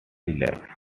life